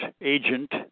agent